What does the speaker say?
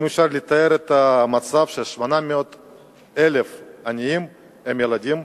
האם אפשר לתאר את המצב של 800,000 עניים שהם ילדים,